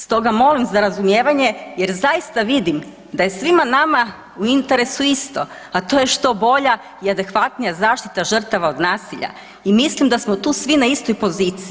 Stoga molim za razumijevanje jer zaista vidim da je svima nama u interesu isto, a to je što bolja i adekvatnija zaštita žrtava od nasilja i mislim da smo tu svi na istoj poziciji.